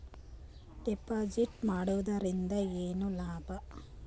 Deposit ಮಾಡುದರಿಂದ ಏನು ಲಾಭ?